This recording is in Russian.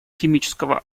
химического